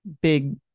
big